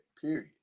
Period